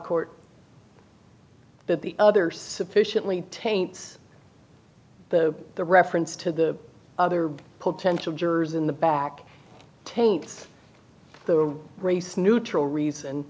court that the other sufficiently taints the the reference to the other potential jurors in the back taints the race neutral reason